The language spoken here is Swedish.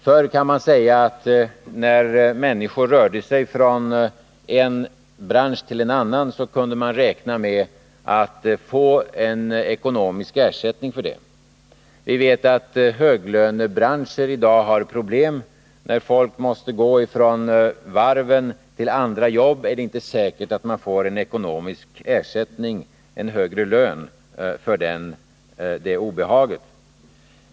Förr — kan man säga — när människor rörde sig från en bransch till en annan kunde de räkna med att få ekonomisk ersättning för det. Vi vet att höglönebranscher i dag har problem. När folk måste gå från varven till andra jobb är det inte säkert att de får ekonomisk ersättning, högre lön för det obehaget.